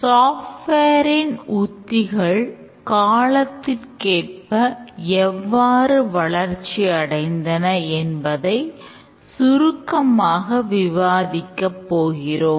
software ன் உத்திகள் காலத்திற்கேற்ப எவ்வாறு வளர்ச்சி அடைந்தன என்பதை சுருக்கமாக விவாதிக்கப் போகிறோம்